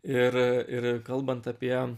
ir ir kalbant apie